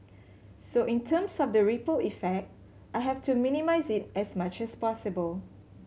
so in terms of the ripple effect I have to minimise it as much as possible